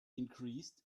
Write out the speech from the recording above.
increased